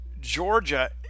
Georgia